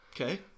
Okay